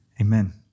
Amen